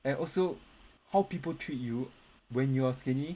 and also how people treat you when you are skinny